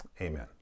amen